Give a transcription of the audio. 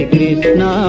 Krishna